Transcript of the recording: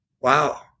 wow